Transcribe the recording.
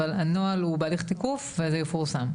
אבל הנוהל הוא בהליך תיקוף וזה יפורסם.